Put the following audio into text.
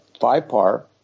five-par